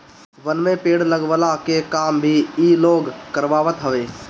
वन में पेड़ लगवला के काम भी इ लोग करवावत हवे